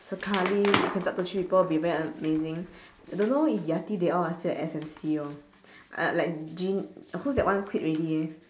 sekali we can talk to three people it'll be very amazing I don't know if yati they all are still at S_M_C orh uh like jean who's that one quit already